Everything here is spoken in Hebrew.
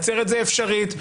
אפשרית,